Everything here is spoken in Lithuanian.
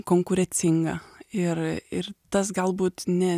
konkurecinga ir ir tas galbūt ne